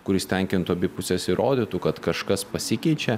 kuris tenkintų abi puses ir rodytų kad kažkas pasikeičia